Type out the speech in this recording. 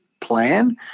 plan